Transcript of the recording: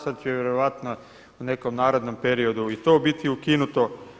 Sad će vjerojatno u nekom narednom periodu i to biti ukinuto.